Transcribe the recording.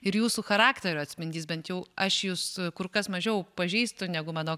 ir jūsų charakterio atspindys bent jau aš jus kur kas mažiau pažįstu negu mano